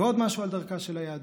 ועוד משהו על דרכה של היהדות: